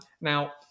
now